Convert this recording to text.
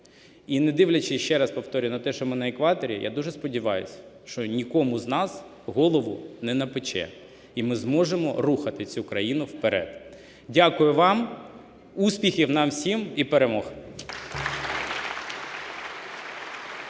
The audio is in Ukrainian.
І не дивлячись, я ще раз повторюю, на те, що ми на екваторі, я дуже сподіваюся, що нікому з нас в голову не напече і ми зможемо рухати цю країну вперед. Дякую вам. Успіхів нам всім і перемог.